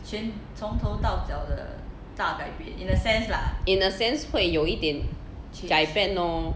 in a sense 会有一点改变 lor